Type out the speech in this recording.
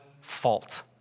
fault